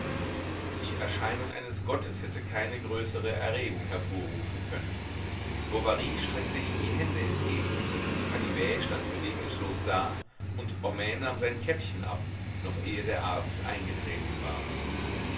die erscheinung eines gottes hätte keine größere erregung hervorrufen können bovary streckte ihm die hände entgegen canivet stand bewegungslos da und homais nahm sein käppchen ab noch ehe der arzt eingetreten war